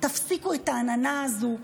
תפסיקו את העננה הזאת,